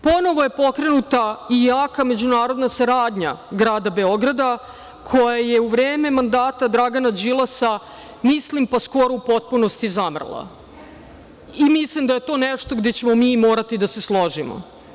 Ponovo je pokrenuta i jaka međunarodna saradnja Grada Beograda, koja je u vreme mandata Dragana Đilasa mislim pa skoro u potpunosti zamrla i mislim da je to nešto gde ćemo mi morati da se složimo.